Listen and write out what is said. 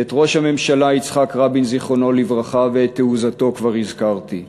ואת ראש הממשלה יצחק רבין ז"ל ואת תעוזתו כבר הזכרתי.